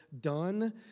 done